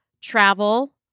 travel